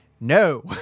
no